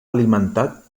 alimentat